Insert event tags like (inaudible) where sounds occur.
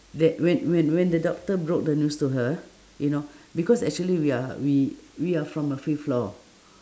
that when when when the doctor broke the news to her you know (breath) because actually we are we we are from the fifth floor